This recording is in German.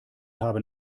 haben